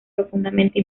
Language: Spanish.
profundamente